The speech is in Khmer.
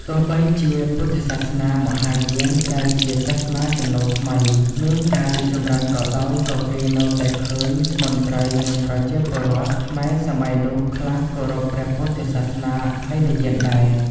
ទោះបីជាពុទ្ធសាសនាមហាយាន ដែលជាសាសនាចំណូល ថ្មី មានការរីកចម្រើនក៏ដោយ ក៏គេនៅតែឃើញមន្ត្រី និងប្រជាពលរដ្ឋ ខ្មែរសម័យនោះ ខ្លះគោរពព្រះពុទ្ធសាសនាហីនយានដែរ ។